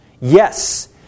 Yes